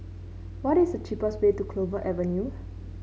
what is cheapest way to Clover Avenue